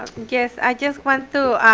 yes, i just want to